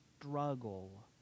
struggle